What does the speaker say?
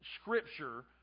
scripture